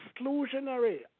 exclusionary